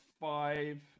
five